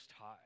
High